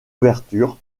ouvertures